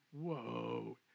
Whoa